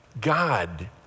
God